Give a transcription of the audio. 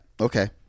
okay